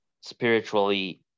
spiritually